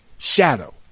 Shadow